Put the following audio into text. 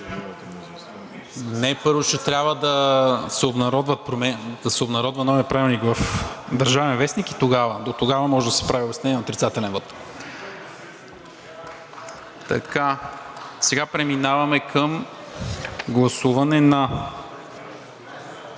Не, първо ще трябва да се обнародва новия правилник в „Държавен вестник“ и тогава. Дотогава може да се прави обяснение на отрицателен вот. Сега преминаваме към гласуване на